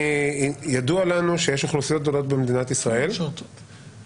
ידוע לנו שיש אוכלוסיות גדולות במדינת ישראל שפטורות.